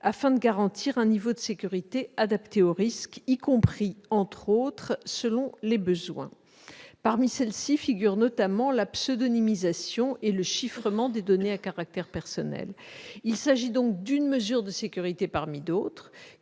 afin de garantir un niveau de sécurité adapté aux risques, y compris entre autres, selon les besoins ». Parmi celles-ci figurent notamment la pseudonymisation et le chiffrement des données à caractère personnel. Il s'agit donc d'une mesure de sécurité parmi d'autres,